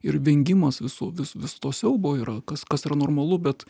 ir vengimas viso viso to siaubo yra kas kas yra normalu bet